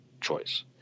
choice